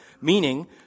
Meaning